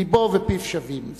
לבו ופיו שווים.